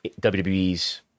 WWE's